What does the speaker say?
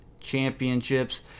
Championships